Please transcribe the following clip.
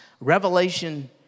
Revelation